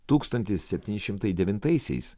tūkstantis septyni šimtas devintaisiais